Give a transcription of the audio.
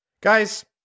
Guys